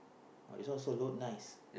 !wow! this one also look nice